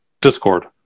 Discord